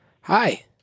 Hi